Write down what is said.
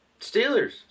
Steelers